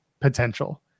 potential